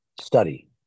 study